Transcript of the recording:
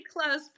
close